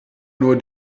nur